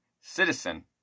citizen